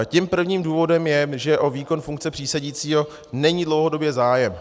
Tím prvním důvodem je, že o výkon funkce přísedícího není dlouhodobě zájem.